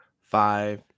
five